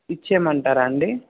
ఇచ్చేమంటారా అండి